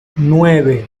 nueve